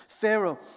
Pharaoh